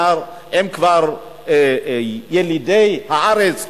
שהם כבר ילידי הארץ,